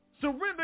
Surrender